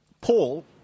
Paul